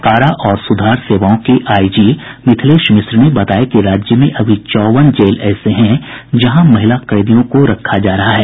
कारा और सुधार सेवाओं के आईजी मिथिलेश मिश्र ने बताया कि राज्य में अभी चौवन जेल ऐसे हैं जहां महिला कैदियों को रखा जा रहा है